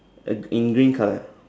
uh in green colour